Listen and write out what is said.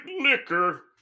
liquor